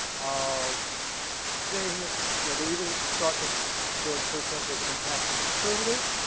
um they have you know they even thought that george bush was a compassionate conservative.